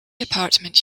apartment